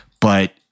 but-